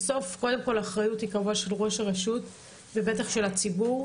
בסוף האחריות היא קודם כול של ראש הרשות ובטח של הציבור.